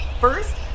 first